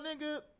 nigga